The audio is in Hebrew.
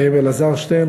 אלעזר שטרן,